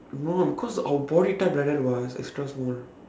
no cause our body type like that what it's extra small